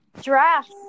Giraffe